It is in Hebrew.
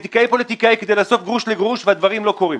פוליטיקאי-פוליטיקאי כדי לאסוף גרוש לגרוש והדברים לא קורים.